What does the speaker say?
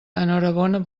enhorabona